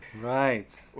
right